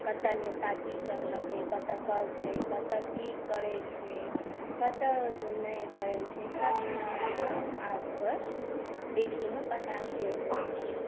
कतऽ नेता की करलकै कतऽ करतै कतऽ की करै छै कतऽ नहि करै छै सब चीज हमरा आरके आबके पीढ़ीमे पता चलि जाइ छै